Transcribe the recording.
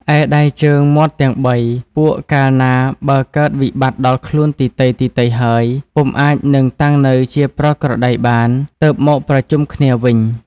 ឯដៃជើងមាត់ទាំង ៣ ពួកកាលណាបើកើតវិបត្តិដល់ខ្លួនទីទៃៗហើយ ពុំអាច នឹងតាំងនៅជាប្រក្រតីបាន ទើបមកប្រជុំគ្នាវិញ។